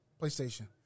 PlayStation